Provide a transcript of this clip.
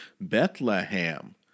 Bethlehem